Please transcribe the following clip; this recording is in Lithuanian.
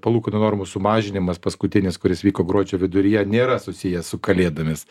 palūkanų normų sumažinimas paskutinis kuris vyko gruodžio viduryje nėra susijęs su kalėdomis